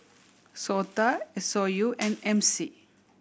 SOTA S O U and M C